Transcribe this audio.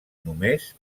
només